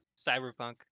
cyberpunk